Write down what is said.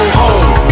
home